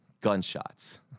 gunshots